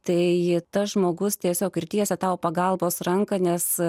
tai tas žmogus tiesiog ir tiesia tau pagalbos ranką nes